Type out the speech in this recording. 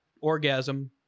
orgasm